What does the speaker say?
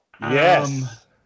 yes